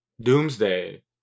Doomsday